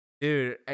Dude